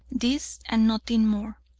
this and nothing more.